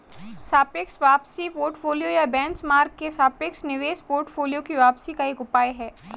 सापेक्ष वापसी पोर्टफोलियो या बेंचमार्क के सापेक्ष निवेश पोर्टफोलियो की वापसी का एक उपाय है